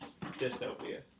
dystopia